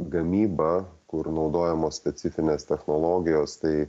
gamybą kur naudojamos specifinės technologijos tai